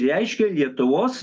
reiškė lietuvos